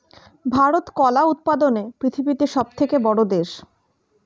ভারত কলা উৎপাদনে পৃথিবীতে সবথেকে বড়ো দেশ